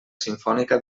simfònica